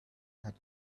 had